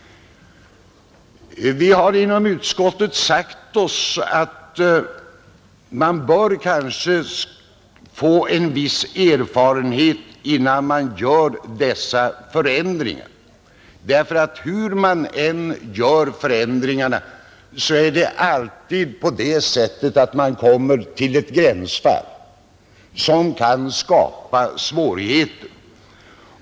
Vi har inom utskottet sagt oss att man kanske bör ha en viss erfarenhet innan dessa ändringar företas; vilka ändringar man än gör uppstår det alltid gränsfall som kan skapa svårigheter.